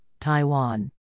Taiwan